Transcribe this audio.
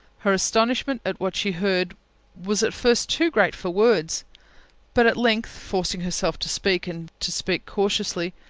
her astonishment at what she heard was at first too great for words but at length forcing herself to speak, and to speak cautiously,